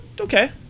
Okay